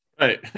Right